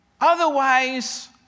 Otherwise